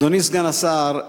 אדוני סגן השר,